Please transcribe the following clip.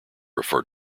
refer